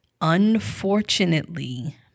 Unfortunately